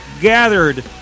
gathered